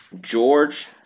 George